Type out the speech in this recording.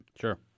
Sure